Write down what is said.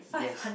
yes